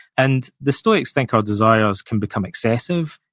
and the stoics think our desires can become excessive,